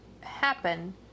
happen